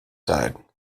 side